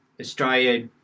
Australia